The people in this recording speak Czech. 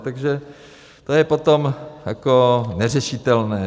Takže to je potom jako neřešitelné.